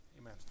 Amen